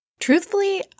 Truthfully